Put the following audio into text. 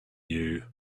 you